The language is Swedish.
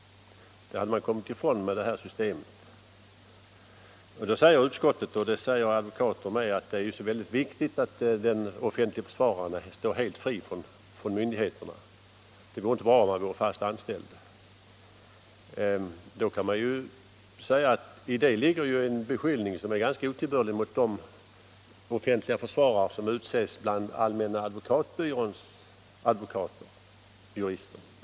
De olägenheterna hade man kommit ifrån med det system som jag har föreslagit. Nu säger utskottet — vilket också advokaterna har sagt — att det är oerhört viktigt att den offentlige försvararen står helt fri från myndigheterna. Han får inte vara fast anställd. Men däri ligger ju en ganska otillbörlig beskyllning mot de offentliga försvarare som utses bland Allmänna advokatbyråns jurister.